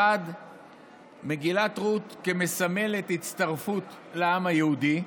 1. מגילת רות כמסמלת הצטרפות לעם היהודי,